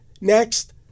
next